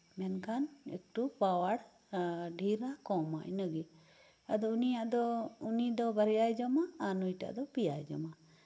ᱢᱮᱱᱠᱷᱟᱱ ᱮᱠᱴᱩ ᱯᱟᱣᱟᱨ ᱰᱷᱮᱨᱼᱟ ᱠᱚᱢᱼᱟ ᱤᱱᱟᱹᱜᱮ ᱟᱫᱚ ᱩᱱᱤᱭᱟᱜ ᱫᱚ ᱩᱱᱤ ᱫᱚ ᱵᱟᱨᱭᱟᱭ ᱡᱚᱢᱟ ᱟᱨ ᱱᱩᱭ ᱴᱟᱜ ᱫᱚ ᱯᱮᱭᱟᱭ ᱡᱚᱢᱟ